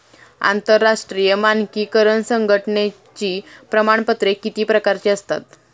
आंतरराष्ट्रीय मानकीकरण संघटनेची प्रमाणपत्रे किती प्रकारची असतात?